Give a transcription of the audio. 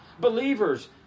Believers